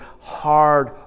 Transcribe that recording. hard